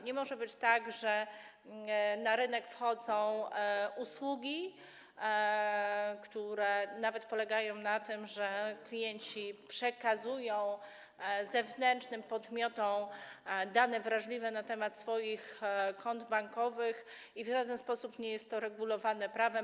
Nie może być tak, że na rynek wchodzą usługi, które polegają nawet na tym, że klienci przekazują zewnętrznym podmiotom dane wrażliwe dotyczące swoich kont bankowych, i w żaden sposób nie jest to regulowane prawem.